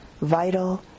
vital